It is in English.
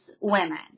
women